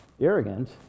arrogant